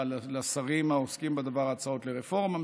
לשרים העוסקים בדבר יש גם הצעות לרפורמה מסוימת,